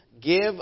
give